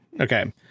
Okay